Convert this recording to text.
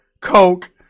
Coke